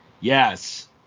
yes